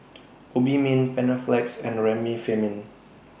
Obimin Panaflex and Remifemin